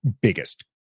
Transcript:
biggest